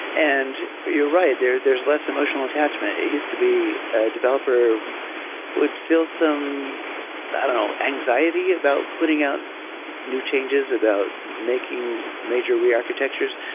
and you're right, there's there's less emotional attachment. it used to be a developer would feel some i don't know, anxiety about putting out new changes, about making major re-architectures,